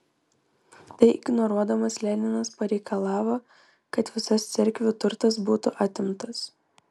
tai ignoruodamas leninas pareikalavo kad visas cerkvių turtas būtų atimtas